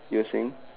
you were saying